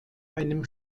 einem